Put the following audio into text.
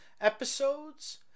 episodes